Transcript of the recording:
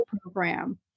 program